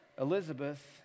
Elizabeth